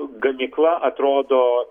gamykla atrodo